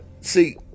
See